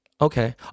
Okay